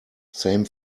same